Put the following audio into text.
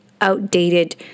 outdated